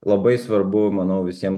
labai svarbu manau visiems